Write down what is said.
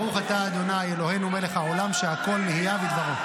ברוך אתה ה' אלוהינו מלך העולם שהכול נהיה בדברו.